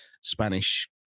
Spanish